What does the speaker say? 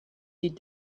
did